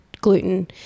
gluten